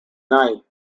night